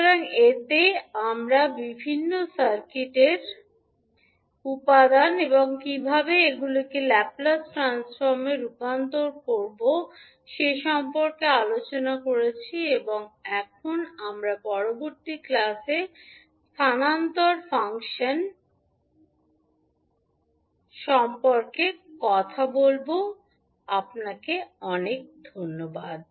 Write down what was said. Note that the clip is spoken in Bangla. সুতরাং এতে আমরা বিভিন্ন সার্কিট উপাদান এবং আপনি কীভাবে এগুলিকে ল্যাপ্লেস ট্রান্সফর্মে রূপান্তর করতে পারেন সে সম্পর্কে আলোচনা করেছি এবং আমরা এখন পরবর্তী ক্লাসে স্থানান্তর ফাংশন সম্পর্কে কথা বলব আপনাকে ধন্যবাদ